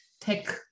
tech